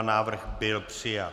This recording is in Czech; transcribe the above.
Návrh byl přijat.